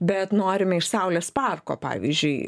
bet norime iš saulės parko pavyzdžiui